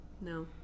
No